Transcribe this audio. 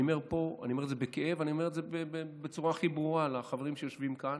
אני אומר פה בכאב ובצורה הכי ברורה לחברים שיושבים כאן: